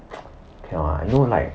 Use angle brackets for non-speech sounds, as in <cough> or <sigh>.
<noise> cannot lah you know like